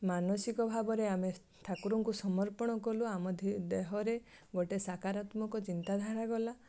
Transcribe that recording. ମାନସିକ ଭାବରେ ଆମେ ଠାକୁରଙ୍କୁ ସମର୍ପଣ କଲୁ ଆମ ଦେହରେ ଗୋଟେ ସକାରାତ୍ମକ ଚିନ୍ତାଧାରା ଗଲା